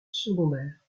secondaire